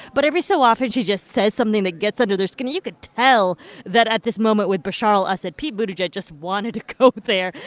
but every so often, she just says something that gets under their skin. you could tell that at this moment with bashar al-assad, pete buttigieg just wanted to go there.